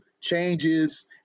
changes